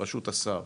ברשות השר,